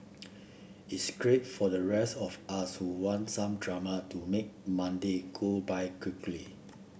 it's great for the rest of us who want some drama to make Monday go by quickly